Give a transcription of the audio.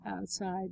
outside